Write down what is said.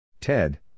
Ted